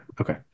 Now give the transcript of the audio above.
Okay